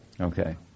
Okay